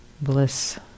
bliss